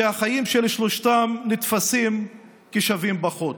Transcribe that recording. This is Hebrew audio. שהחיים של שלושתם נתפסים כשווים פחות.